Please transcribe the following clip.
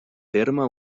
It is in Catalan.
terme